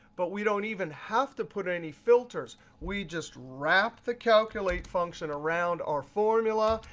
but we don't even have to put any filters. we just wrap the calculate function around our formula,